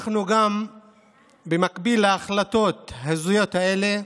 במקביל להחלטות ההזויות האלה,